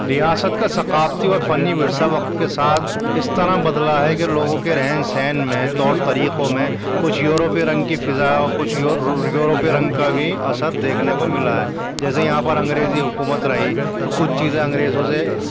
ریاست کا ثقافتی اور فنی ورثہ وقت کے ساتھ اس طرح بدلا ہے کہ لوگوں کے رہن سہن میں طور طریقوں میں کچھ یوروپی رنگ کی فضا اور کچھ یوروپی رنگ کا بھی اثر دیکھنے کو ملا ہے جیسے یہاں پر انگریزی حکومت رہی تو کچھ چیزیں انگریزوں سے